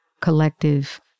collective